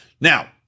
Now